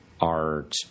art